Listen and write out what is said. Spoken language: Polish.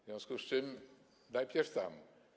W związku z czym najpierw tam.